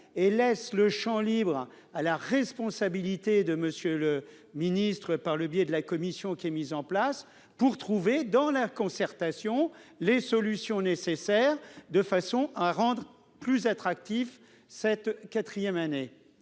et laisse le champ libre à la responsabilité de M. le ministre, par le biais de la commission mise en place, pour trouver, dans la concertation, les solutions nécessaires pour rendre cette quatrième année